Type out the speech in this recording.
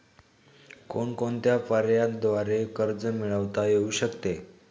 कोणकोणत्या पर्यायांद्वारे कर्ज मिळविता येऊ शकते?